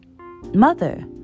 mother